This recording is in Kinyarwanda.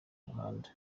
umuhanda